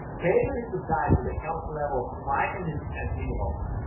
paleo is a diet with a healthy level of vitamins and minerals,